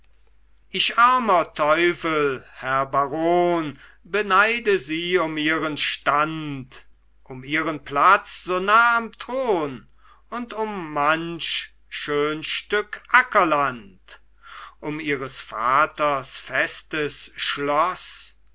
ich armer teufel herr baron beneide sie um ihren stand um ihren platz so nah am thron und um manch schön stück ackerland um ihres vaters festes schloß